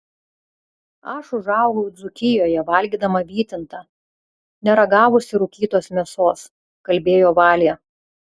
aš užaugau dzūkijoje valgydama vytintą neragavusi rūkytos mėsos kalbėjo valė